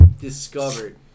discovered